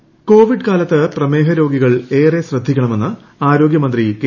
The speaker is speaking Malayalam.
ശൈലജ കോവിഡ് കാലത്ത് പ്രമേഹ രോഗികൾ ഏറെ ശ്രദ്ധിക്കണമെന്ന് ആരോഗ്യ മന്ത്രി കെ